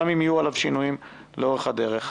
גם אם יהיו עליו שינויים לאורך הדרך.